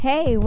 Hey